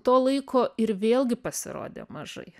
to laiko ir vėlgi pasirodė mažai